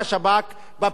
בפעילות הפוליטית.